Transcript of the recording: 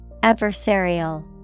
Adversarial